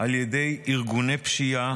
על ידי ארגוני פשיעה,